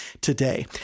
today